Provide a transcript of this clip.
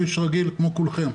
איש רגיל כמו כולכם.